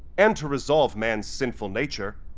and to resolve man's sinful nature